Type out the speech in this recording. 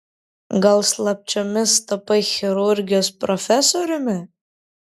gal slapčiomis tapai chirurgijos profesoriumi